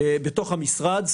בתוך המשרד,